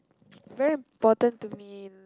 very important to me